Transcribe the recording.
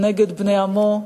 נגד בני עמו,